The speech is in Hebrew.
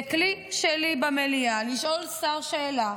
זה כלי שלי במליאה לשאול שר שאלה.